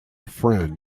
friend